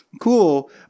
cool